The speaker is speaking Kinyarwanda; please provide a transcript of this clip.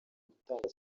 gutanga